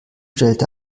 stellte